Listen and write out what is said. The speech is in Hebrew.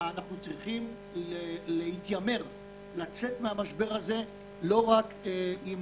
אנחנו צריכים להתיימר לצאת מהמשבר הזה לא רק עם